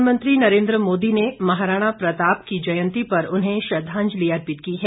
प्रधानमंत्री नरेन्द्र मोदी ने महाराणा प्रताप की जयंती पर उन्हें श्रद्वांजलि अर्पित की है